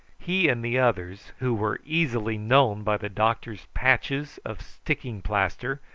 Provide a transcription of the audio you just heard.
he and the others, who were easily known by the doctor's patches of sticking-plaster,